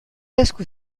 esku